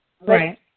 Right